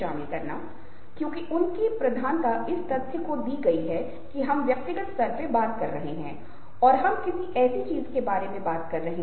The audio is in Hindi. अब हम चित्रों की एक श्रृंखला को देखने जा रहे हैं जो हमें चेहरे की भावनाओं और भावों के बारे में कुछ विचार देगा